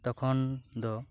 ᱛᱚᱠᱷᱚᱱ ᱫᱚ